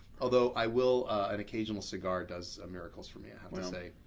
although i will an occasional cigar does miracles for me, i have and to say.